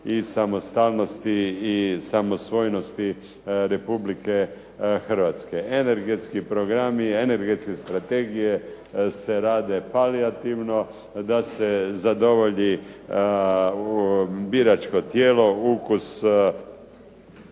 i samostalnosti i samosvojnosti RH. Energetski programi, energetske strategije se rade palijativno da se zadovolji biračko tijelo, ukus